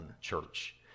church